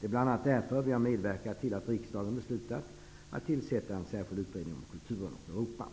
Det är bl.a. därför som vi har medverkat till att riksdagen har fattat beslut om att tillsätta en särskild utredning om kulturen och Europa.